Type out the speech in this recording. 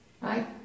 right